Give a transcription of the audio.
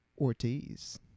Ortiz